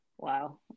Wow